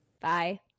Bye